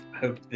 hope